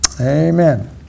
Amen